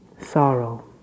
sorrow